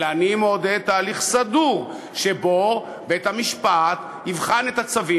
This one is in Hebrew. אלא אני מעודד תהליך סדור שבו בית-המשפט יבחן את הצווים